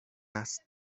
است